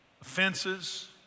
offenses